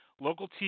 local